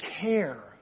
care